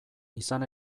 izan